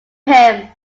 him